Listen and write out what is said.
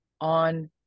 on